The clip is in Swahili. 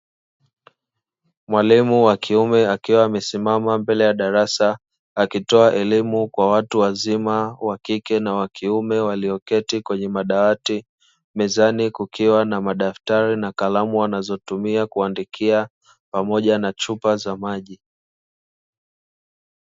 Mwalimu wa kiume akiwa amesimama mbele ya darasa akitoa elimu kwa watu wazima wakike na wakiume waliyoketi kwenye madawati mezani kukiwa na madaftari na kalamu wanazotumia kuandikia pamoja na chupa za maji.